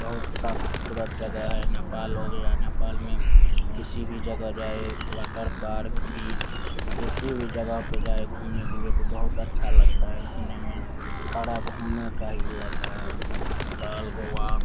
बहुत सा ख़ूबसूरत जगह है नेपाल हो गया नेपाल में किसी भी जगह जाए वाटर पार्क बीच किसी भी जगह पर जाए घूमने के लिए तो बहुत अच्छा लगता है घूमने में सारा घूमने का ही इलाक़ा है नेपाल गोआ